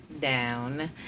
down